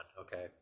Okay